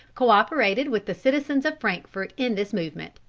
co-operated with the citizens of frankfort in this movement.